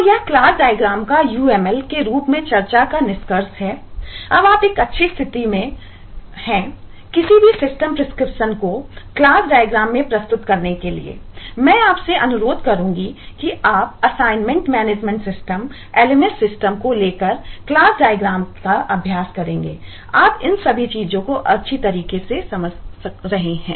तो यह class diagram का UML के रूप में चर्चा का निष्कर्ष है अब आप एक अच्छी स्थिति में होना चाहिए किसी भी सिस्टम प्रिस्क्रिप्शन LMS सिस्टम को लेकर क्लास डायग्राम का अभ्यास करेंगे आप इन सभी चीजों को अच्छी तरीके से समझ रहे हैं